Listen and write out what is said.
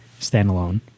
standalone